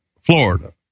Florida